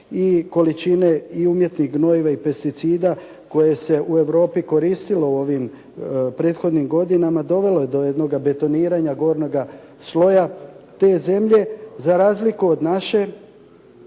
i količine i umjetnih gnojiva i pesticida koja se u Europi koristilo u ovim prethodnim godinama dovelo je do jednoga betoniranja gornjega sloja te zemlje za razliku od naše.